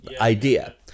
idea